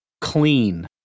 clean